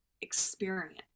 experience